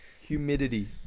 Humidity